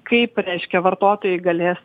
kaip reiškia vartotojai galės